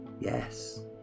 Yes